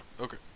Okay